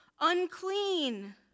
unclean